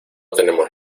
tenemos